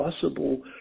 possible